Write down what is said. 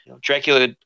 Dracula